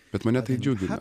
bet mane tai džiugina